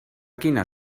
quina